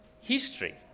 history